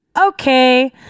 Okay